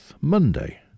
Monday